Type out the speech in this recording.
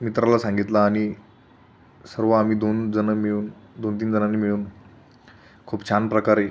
मित्राला सांगितलं आणि सर्व आम्ही दोन जण मिळून दोनतीन जणांनी मिळून खूप छान प्रकारे